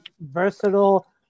versatile